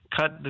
cut